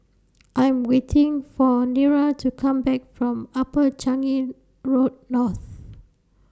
I Am waiting For Nira to Come Back from Upper Changi Road North